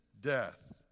death